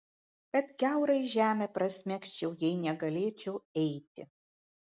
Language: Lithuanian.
kad kiaurai žemę prasmegčiau jei negalėčiau eiti